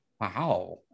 Wow